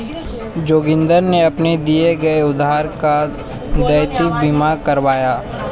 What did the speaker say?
जोगिंदर ने अपने दिए गए उधार का दायित्व बीमा करवाया